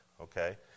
Okay